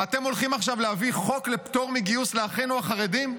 ואתם הולכים עכשיו להביא חוק לפטור מגיוס לאחינו החרדים?